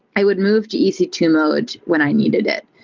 i would move to e c two mode when i needed it.